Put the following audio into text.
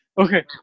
Okay